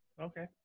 okay